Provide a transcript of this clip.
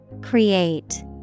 Create